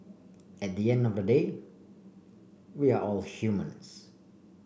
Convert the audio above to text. at the end of the day we are all humans